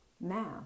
Now